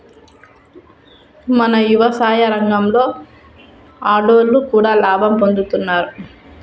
మన యవసాయ రంగంలో ఆడోళ్లు కూడా లాభం పొందుతున్నారు